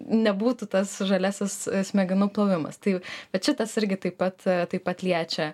nebūtų tas žaliasis smegenų plovimas tai kad šitas irgi taip pat taip pat liečia